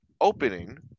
opening